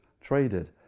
traded